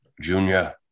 Junior